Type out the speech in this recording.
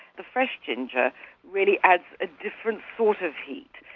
the fresh ginger really adds a different sort of heat.